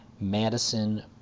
Madison